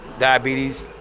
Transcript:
diabetes,